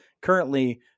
currently